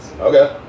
Okay